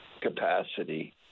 capacity